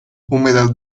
húmedas